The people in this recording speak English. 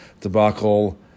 debacle